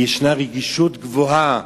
כי יש רגישות גבוהה.